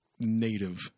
native